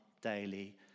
daily